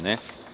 Ne.